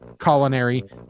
Culinary